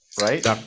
right